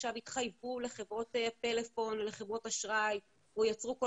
התחייבו לחברות פלאפון או לחברות אשראי או יצרו כל